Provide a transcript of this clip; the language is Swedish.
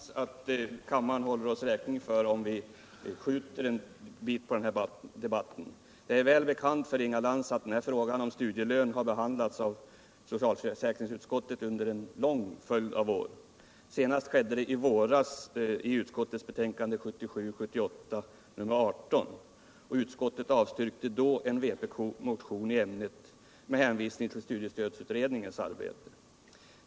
Herr talman! Jag tror, Inga Lantz, att kammaren håller oss räkning för om vi skjuter litet på denna debatt. Det är väl bekant för Inga Lantz att frågan om studielön har behandlats av socialförsäkringsutskottet under en lång följd av år, senast i våras i utskottets betänkande 1977/78:18. Utskottet avstyrkte då en vpk-motion i ämnet med hänvisning till studiestödsutredningens arbete.